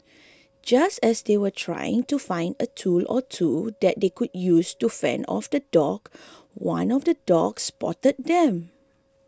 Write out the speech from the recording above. just as they were trying to find a tool or two that they could use to fend off the dog one of the dogs spotted them